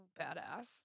badass